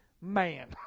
man